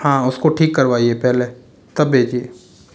हाँ उसको ठीक करवाइये पहले तब भेजिए